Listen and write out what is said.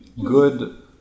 good